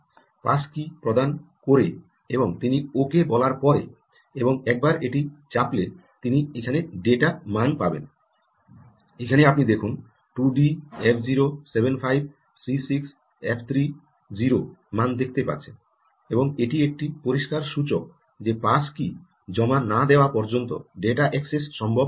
pass key প্রদান করে এবং তিনি ওকে বলার পরে এবং একবার এটি চাপলে তিনি এখানে ডেটা মান পাবেন এখানে আপনি দেখুন 2D F0 75 C6 F3 0 মান দেখতে পাচ্ছেন এবং এটি একটি পরিষ্কার সূচক যে পাস কী জমা না দেওয়া পর্যন্ত ডেটা অ্যাক্সেস সম্ভব হবে না